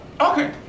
Okay